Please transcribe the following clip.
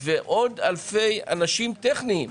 ועוד אלפי אנשים טכניים.